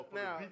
now